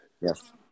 Yes